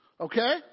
okay